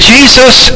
Jesus